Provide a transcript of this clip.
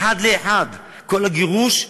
אחד לאחד, כל הגירוש,